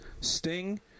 Sting